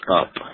up